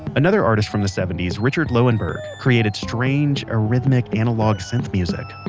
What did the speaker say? another artist from the seventy s, richard lowenberg, created strange, arrhythmic analogue synth music,